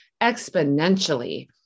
exponentially